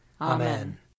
Amen